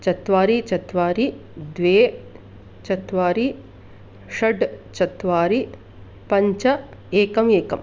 चत्वारि चत्वारि द्वे चत्वारि षट् चत्वारि पञ्च एकम् एकं